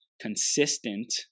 consistent